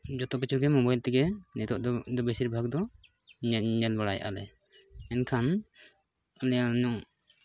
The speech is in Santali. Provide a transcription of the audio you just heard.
ᱡᱚᱛᱚ ᱠᱤᱪᱷᱩᱜᱮ ᱢᱚᱵᱟᱭᱤᱞ ᱛᱮᱜᱮ ᱱᱤᱛᱚᱜ ᱫᱚ ᱵᱮᱥᱤᱨᱵᱷᱟᱜᱽ ᱫᱚ ᱧᱮ ᱧᱮᱞ ᱵᱟᱲᱟᱭᱮᱜ ᱟᱞᱮ ᱮᱱᱠᱷᱟᱱ ᱟᱞᱮᱭᱟᱝ